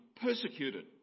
persecuted